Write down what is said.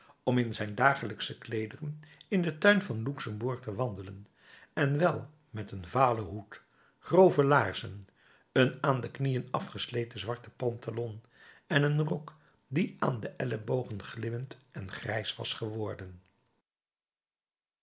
om in zijn daagsche kleederen in den tuin van het luxemburg te wandelen en wel met een valen hoed grove laarzen een aan de knieën afgesleten zwarten pantalon en een rok die aan de ellebogen glimmend en grijs was geworden